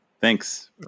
Thanks